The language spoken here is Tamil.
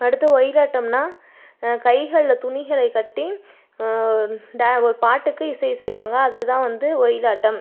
அடுத்து ஒயிலாட்டம்னால் கைகளில் துணிகளை கட்டி ஒரு பாட்டுக்கு இசை இசைப்பாங்க அது தான் வந்து ஒயிலாட்டம்